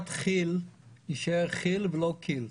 שחברת כיל יישאר כיל ולא קיל.